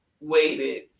waited